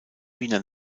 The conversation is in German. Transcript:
wiener